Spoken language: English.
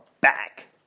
back